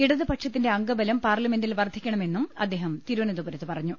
ഇടത്പക്ഷത്തിന്റെ അംഗബലം പാർല മെന്റിൽ വർദ്ധിക്കണമെന്നും അദ്ദേഹം തിരുവനന്തപുരത്ത് പറഞ്ഞു